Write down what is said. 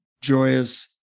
joyous